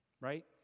right